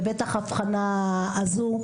ובטח האבחנה הזו,